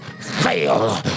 fail